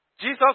Jesus